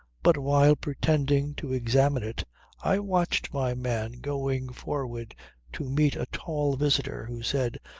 but while pretending to examine it i watched my man going forward to meet a tall visitor, who said,